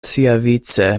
siavice